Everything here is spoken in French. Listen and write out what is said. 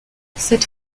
cette